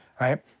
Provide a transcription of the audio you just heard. right